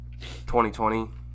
2020